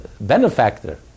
benefactor